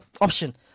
option